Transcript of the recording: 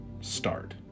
Start